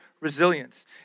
resilience